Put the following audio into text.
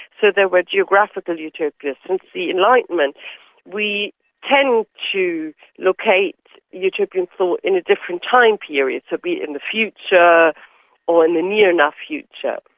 so they were geographical utopias. since the enlightenment we tend to locate utopian thought in a different time period, to be in the future or in the near enough future.